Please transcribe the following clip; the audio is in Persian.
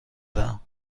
دهم